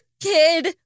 Kid